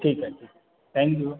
ठीक है ठीक थैंक यू